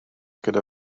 gyda